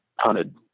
hunted